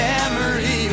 Memory